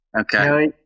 Okay